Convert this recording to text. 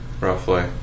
roughly